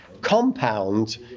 compound